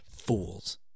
Fools